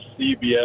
CBS